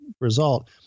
result